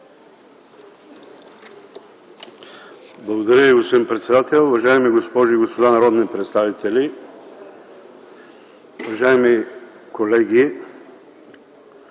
Благодаря Ви, госпожо председател. Уважаеми госпожи и господа народни представители! Уважаеми господин